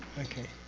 okay,